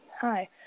Hi